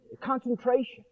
concentration